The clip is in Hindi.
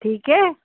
ठीक है